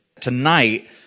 Tonight